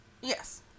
Yes